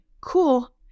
cool